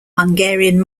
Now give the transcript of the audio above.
hungarian